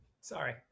Sorry